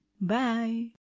Bye